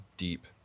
deep